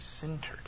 centered